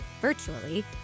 virtually